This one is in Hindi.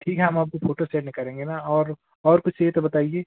ठीक है हम आपको फ़ोटो सेंड करेंगे ना और और कुछ चाहिए तो बताइए